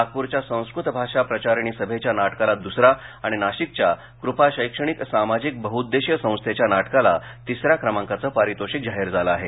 नागपूरच्या संस्कृत भाषा प्रचारिणी सभेच्या नाटकाला दूसरा आणि नाशिकच्या कृपा शैक्षणिक सामाजिक बहुद्देशीय संस्थेच्या नाटकाला तिसऱ्या क्रमांकाचं पारितोषिक जाहीर झालं आहे